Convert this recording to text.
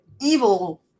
evil